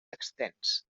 extens